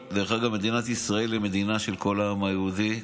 מדינת ישראל היא מדינה של כל העם היהודי,